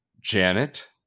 Janet